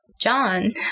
John